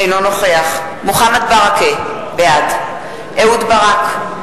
אינו נוכח מוחמד ברכה, בעד אהוד ברק,